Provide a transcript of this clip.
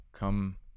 Come